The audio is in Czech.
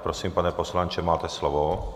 Prosím, pane poslanče, máte slovo.